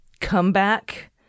comeback